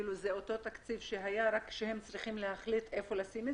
זה אותו תקציב שהיה רק צריכים להחליט איפה לשים?